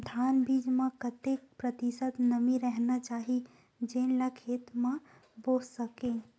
धान बीज म कतेक प्रतिशत नमी रहना चाही जेन ला खेत म बो सके?